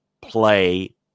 play